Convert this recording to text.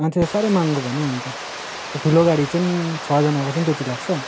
अन्त साह्रै महँगो भयो नि अन्त त्यो ठुलो गाडी चाहिँ छजनाको चाहिँ त्यति लाग्छ